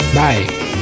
bye